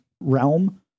realm